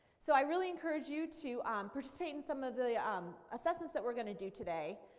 so i really encourage you to participate in some of the um assessments that we're going to do today.